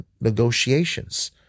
negotiations